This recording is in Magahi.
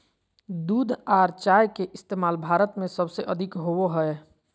दूध आर चाय के इस्तमाल भारत में सबसे अधिक होवो हय